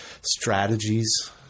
strategies